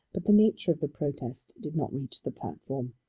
but the nature of the protest did not reach the platform.